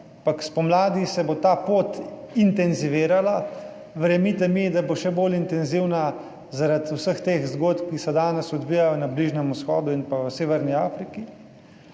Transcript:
ampak spomladi se bo ta pot intenzivirala, verjemite mi, da bo še bolj intenzivna zaradi vseh teh zgodb, ki se danes odvijajo na Bližnjem vzhodu in pa v severni Afriki,